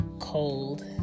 cold